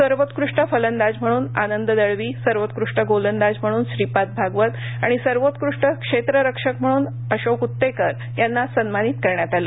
सर्वोत्कृष्ट फलंदाज म्हणूनआनंद दळवी सर्वोत्कृष्ट गोलंदाज म्हणून श्रीपाद भागवत आणिसर्वोत्कष्ट क्षेत्ररक्षक म्हणून अशोक उत्तेकर यांना सन्मानित करण्यात आलं